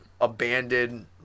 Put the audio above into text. abandoned